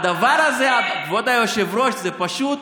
הדבר הזה, כבוד היושב-ראש, זה פשוט